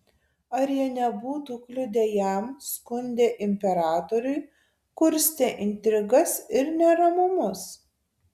ar jie nebūtų kliudę jam skundę imperatoriui kurstę intrigas ir neramumus